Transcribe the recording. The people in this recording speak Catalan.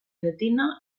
llatina